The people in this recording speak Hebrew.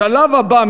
השלב הבא,